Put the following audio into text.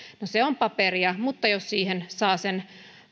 no se on paperia mutta jos siihen saa sen